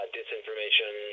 disinformation